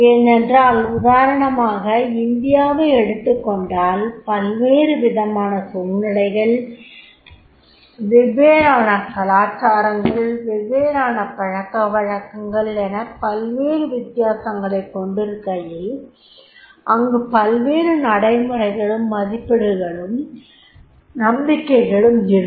ஏனென்றால் உதாரணமாக இந்தியாவை எடுத்துக்கொண்டால் பல்வேறு விதமான சூழ்நிலைகள் வெவ்வேறான கலாச்சாரங்கள் வெவ்வேறான பழக்கவழக்கங்கள் என பல்வேறு வித்தியாசங்களைக் கொண்டிருக்கையில் அங்கு பல்வேறு நடமுறைகளும் மதிப்பீடுகளும் நம்பிக்கைகளும் இருக்கும்